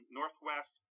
northwest